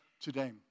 today